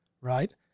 right